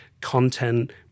content